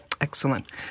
Excellent